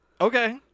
Okay